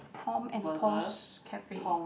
Tom and Paul's Cafe